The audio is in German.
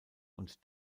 und